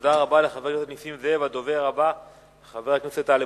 תודה רבה לחבר הכנסת נסים זאב.